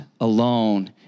alone